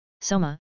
Soma